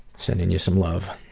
sending you some love.